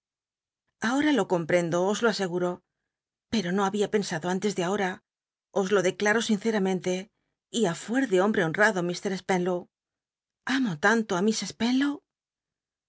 ahora lo comprendo o lo aocguro pero no h tbia pensado antes de ahota os lo declaro sinceramente y ú fuer de bombte honrado llt spcnlow amo tanto á miss spenlow